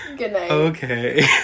Okay